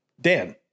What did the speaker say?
Dan